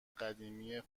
قدیمی